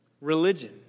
Religion